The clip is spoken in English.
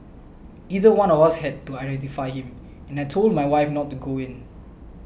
either one of us had to identify him and I told my wife not to go in